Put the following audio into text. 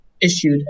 issued